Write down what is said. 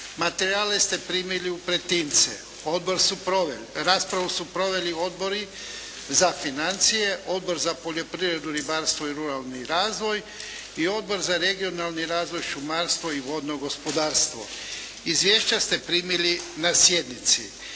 Materijale ste primili u pretince. Raspravu su proveli, Odbori za financije, Odbor za poljoprivredu, ribarstvo i ruralni razvoj i Odbor za regionalni razvoj, šumarstvo i vodno gospodarstvo. Izvješća ste primili na sjednici.